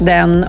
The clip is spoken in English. Den